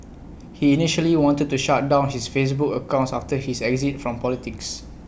he initially wanted to shut down his Facebook accounts after his exit from politics